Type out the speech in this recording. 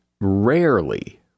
rarely